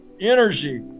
energy